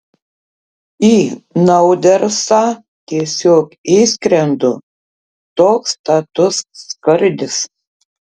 į naudersą tiesiog įskrendu toks status skardis